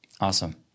Awesome